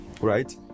right